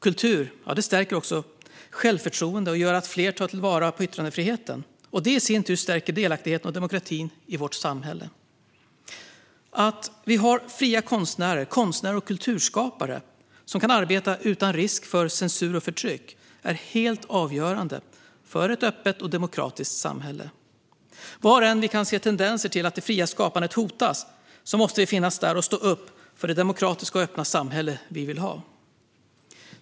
Kultur stärker också självförtroende och gör att fler tar vara på yttrandefriheten. Det i sin tur stärker delaktigheten och demokratin i vårt samhälle. Att vi har fria konstnärer och kulturskapare som kan arbeta utan risk för censur och förtryck är helt avgörande för ett öppet och demokratiskt samhälle. Var än vi kan se tendenser till att det fria skapandet hotas måste vi finnas där och stå upp för det demokratiska och öppna samhälle vi vill ha.